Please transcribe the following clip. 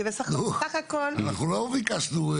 אנחנו לא ביקשנו.